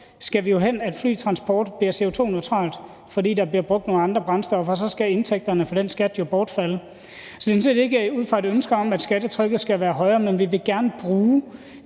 skal vi jo derhen, at flytransport bliver CO2-neutralt, fordi der bliver brugt nogle andre brændstoffer. Og så skal indtægterne fra den skat jo bortfalde. Så det er sådan set ikke ud fra et ønske om, at skattetrykket skal være højere, men vi vil gerne bruge